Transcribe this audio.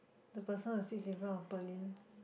the person who sits in front of Pearlyn